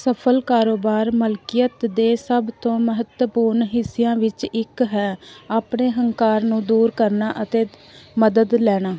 ਸਫ਼ਲ ਕਾਰੋਬਾਰ ਮਲਕੀਅਤ ਦੇ ਸਭ ਤੋਂ ਮਹੱਤਵਪੂਰਨ ਹਿੱਸਿਆਂ ਵਿੱਚ ਇੱਕ ਹੈ ਆਪਣੇ ਹੰਕਾਰ ਨੂੰ ਦੂਰ ਕਰਨਾ ਅਤੇ ਮਦਦ ਲੈਣਾ